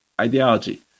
ideology